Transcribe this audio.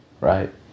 right